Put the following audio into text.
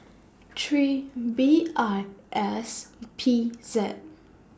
three B I S P Z